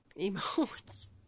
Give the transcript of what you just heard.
emotes